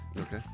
Okay